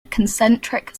concentric